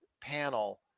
panel